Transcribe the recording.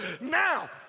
now